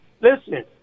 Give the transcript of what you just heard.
Listen